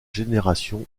génération